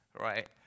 right